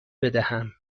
بدهم